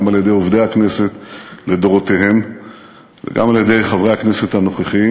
גם על-ידי חברי הכנסת לדורותיהם וגם על-ידי חברי הכנסת הנוכחיים.